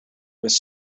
was